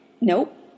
Nope